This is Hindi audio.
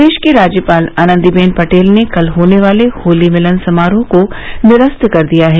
प्रदेश की राज्यपाल आनंदीबेन पटेल ने कल होने वाले होली मिलन समारोह को निरस्त कर दिया है